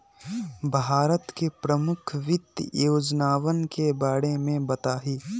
भारत के प्रमुख वित्त योजनावन के बारे में बताहीं